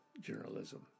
journalism